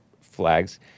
flags